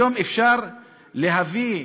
היום אפשר להביא,